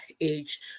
age